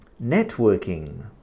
Networking